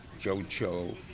Jojo